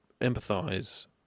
empathize